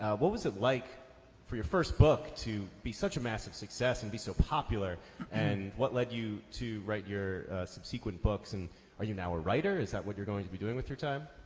what was it like for your first book to be such a massive success and be so popular and what led you to write your subsequent books and are you now a writer? is that what you're going to be doing with your time?